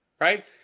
right